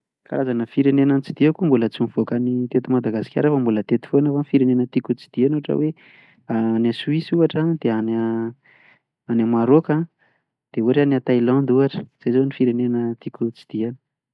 Karazana firenena notsidiako: mbola tsy nivoaka ny teto madagasikara aho fa mbola teto foana fa ny firenena tiako hotsidihana ohatra hoe any Suisse ohatra dia any a any a Maroc, dia ohatra hoe any Thaïlande ohatra, izay zao no firenena tiako hotsidihana.